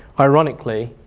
ironically,